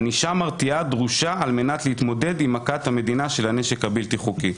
ענישה מרתיעה דרושה על מנת להתמודד עם מכת המדינה של הנשק הבלתי-חוקי.